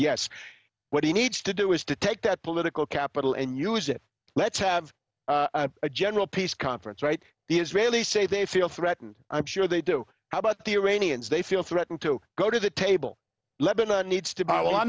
yes what he needs to do is to take that political capital and use it let's have a general peace conference right the israelis say they feel threatened i'm sure they do now but the iranians they feel threatened to go to the table lebanon needs to